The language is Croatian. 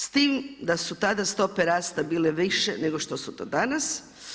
S tim da su tada stope rasta bile više nego što su to danas.